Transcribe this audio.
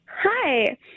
Hi